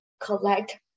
collect